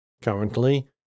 Currently